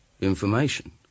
Information